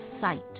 Sight